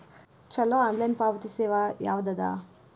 ಛಲೋ ಆನ್ಲೈನ್ ಪಾವತಿ ಸೇವಾ ಯಾವ್ದದ?